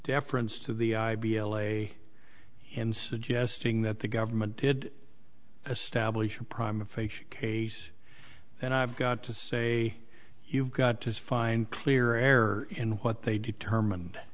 deference to the i b l a in suggesting that the government did establish a prime a fake case and i've got to say you've got to find clear air in what they determine